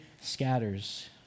scatters